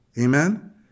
Amen